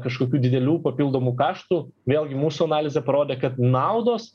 kažkokių didelių papildomų kaštų vėlgi mūsų analizė parodė kad naudos